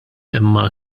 imma